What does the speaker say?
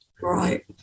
Right